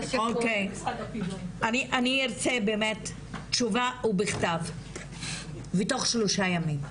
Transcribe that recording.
אני ארצה באמת תשובה ובכתב ותוך שלושה ימים,